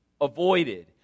avoided